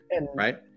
Right